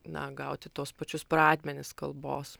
na gauti tuos pačius pradmenis kalbos